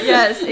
Yes